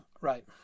right